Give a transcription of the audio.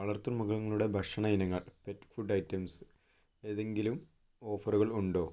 വളർത്തുമൃഗങ്ങളുടെ ഭക്ഷണ ഇനങ്ങൾ pet food items ഏതെങ്കിലും ഓഫറുകൾ ഉണ്ടോ